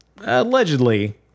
allegedly